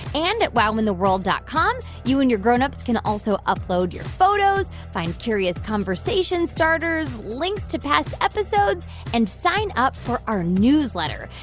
and at wowintheworld dot com, you and your grown-ups can also upload your photos, find curious conversation starters, links to past episodes and sign up for our newsletter.